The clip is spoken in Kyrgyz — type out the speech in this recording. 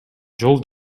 жол